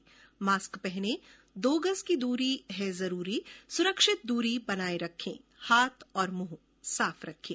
mask पहनें दो गज़ की दूरी है जरूरी सुरक्षित दूरी बनाए रखें हाथ और मुंह साफ रखें